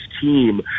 team